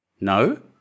No